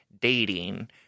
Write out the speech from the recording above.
dating